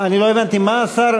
אני לא הבנתי מה השר,